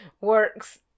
works